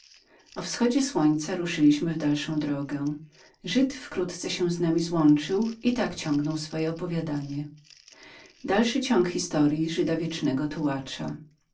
o wschodzie słońca ruszyliśmy w dalszą drogę żyd wkrótce się z nami złączył i tak ciągnął swoje opowiadanie